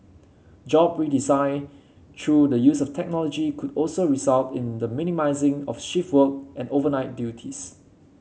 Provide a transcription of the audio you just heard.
job redesign through the use of technology could also result in the minimising of shift work and overnight duties